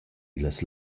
illas